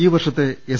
ഈ വർഷത്തെ എസ്